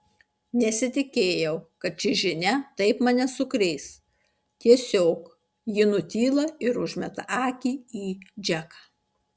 nesitikėjau kad ši žinia taip mane sukrės tiesiog ji nutyla ir užmeta akį į džeką